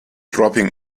dropping